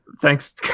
Thanks